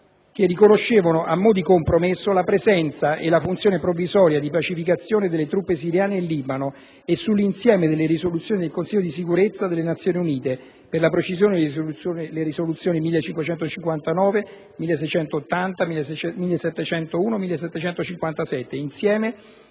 che riconoscevano a mo' di compromesso la presenza e la funzione provvisoria di pacificazione delle truppe siriane in Libano, e sull'insieme delle risoluzioni del Consiglio di Sicurezza delle Nazioni Unite (per la precisione le risoluzioni nn. 1559, 1680, 1701 e 1757), insieme